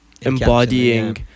embodying